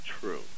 true